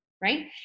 right